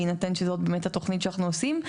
בהינתן שזאת באמת התוכנית שאנחנו עושים.